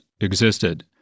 existed